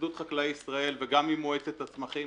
התאחדות חקלאי ישראל וגם עם מועצת הצמחים.